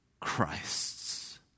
Christ's